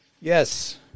Yes